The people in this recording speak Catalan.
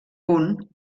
punt